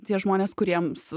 tie žmonės kuriems